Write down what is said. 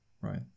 right